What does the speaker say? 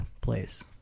place